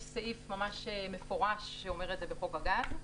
יש סעיף ממש מפורש שאומר את זה בחוק הגז,